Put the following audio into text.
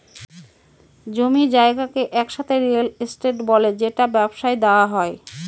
জমি জায়গাকে একসাথে রিয়েল এস্টেট বলে যেটা ব্যবসায় দেওয়া হয়